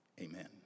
Amen